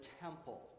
temple